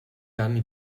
anni